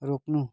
रोक्नु